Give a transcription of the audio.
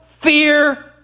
fear